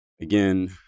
again